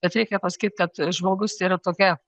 bet reikia pasakyt kad žmogus yra tokia